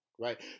Right